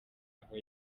aho